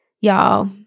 y'all